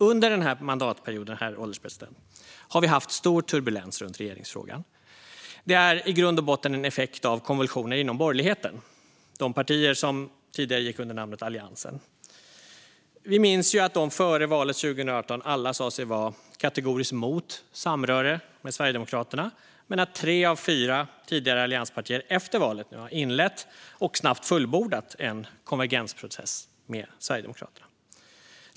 Under den här mandatperioden har vi haft stor turbulens i regeringsfrågan, herr ålderspresident. Det är i grund och botten en effekt av konvulsioner inom borgerligheten - de partier som tidigare ingick i Alliansen. Vi vet ju att de alla före valet 2018 sa sig vara kategoriskt mot samröre med Sverigedemokraterna men att tre av fyra tidigare allianspartier efter valet har inlett - och snabbt fullbordat - en konvergensprocess med Sverigedemokraterna.